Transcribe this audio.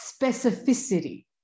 specificity